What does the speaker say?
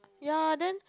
ya then